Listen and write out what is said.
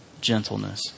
gentleness